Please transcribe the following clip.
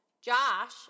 Josh